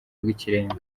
rw’ikirenga